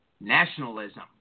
nationalism